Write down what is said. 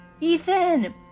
Ethan